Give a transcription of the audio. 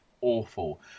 awful